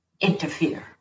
interfere